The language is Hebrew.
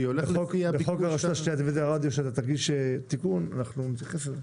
בחוק הרשות השנייה והרדיו כשאתה תגיש תיקון אנחנו נתייחס לזה.